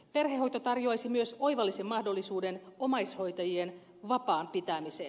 perhehoito tarjoaisi myös oivallisen mahdollisuuden omaishoitajien vapaan pitämiseen